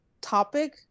topic